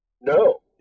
No